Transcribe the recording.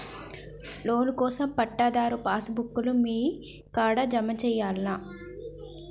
Loan కోసం పట్టాదారు passbook లు మీ కాడా జమ చేయల్నా?